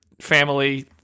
family